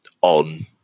on